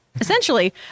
Essentially